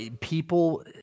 people